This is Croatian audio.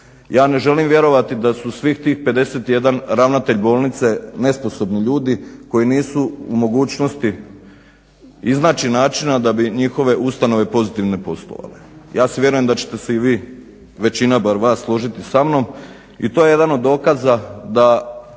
Ja ne želim vjerovati da su svih tih 51 ravnatelj bolnice nesposobni ljudi koji nisu u mogućnosti iznaći načina da bi njihove ustanove pozitivno poslovale. Ja se vjerujem da ćete se i vi većina bar vas složiti sa mnom. I to je jedan od dokaza da